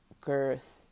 girth